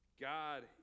God